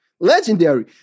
Legendary